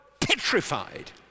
petrified